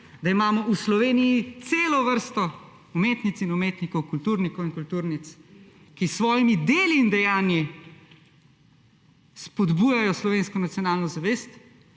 da imamo v Sloveniji celo vrsto umetnic in umetnikov, kulturnikov in kulturnic, ki s svojimi deli in dejanji spodbujajo slovensko nacionalno zavest,